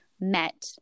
met